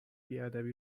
بیادبی